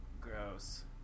gross